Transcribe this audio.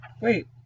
Wait